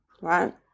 right